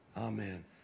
Amen